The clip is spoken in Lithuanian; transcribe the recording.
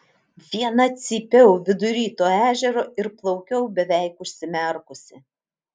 viena cypiau vidury to ežero ir plaukiau beveik užsimerkusi